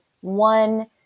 one